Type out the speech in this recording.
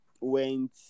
went